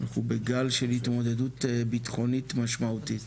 אנחנו בגל של התמודדות ביטחונית משמעותית.